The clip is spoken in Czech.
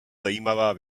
zajímavá